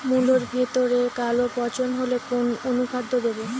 মুলোর ভেতরে কালো পচন হলে কোন অনুখাদ্য দেবো?